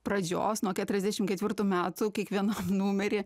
pradžios nuo keturiasdešimt ketvirtų metų kiekvienam numeryje